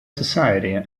society